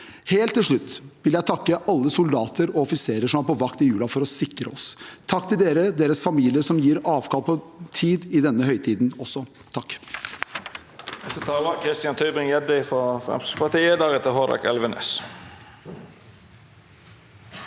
Helt til slutt vil jeg takke alle soldater og offiserer som er på vakt i julen for å sikre oss. Takk til dere og til deres familier, som gir avkall på tid i denne høytiden også. Takk!